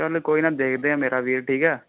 ਚਲ ਕੋਈ ਨਾ ਦੇਖਦੇ ਹਾਂ ਮੇਰਾ ਵੀਰ ਠੀਕ ਹੈ